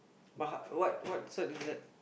but how what what cert is that